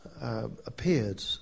Appeared